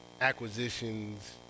acquisitions